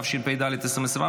התשפ"ד 2024,